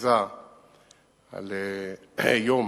מכריזה על יום